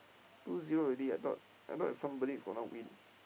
two zero already I thought I thought somebody is gonna win